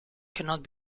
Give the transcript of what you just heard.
cannot